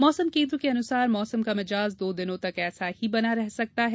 मौसम केन्द्र के अनुसार मौसम का मिजाज दो दिनों तक ऐसा ही बना रह सकता है